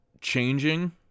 changing